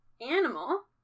animal